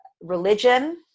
religion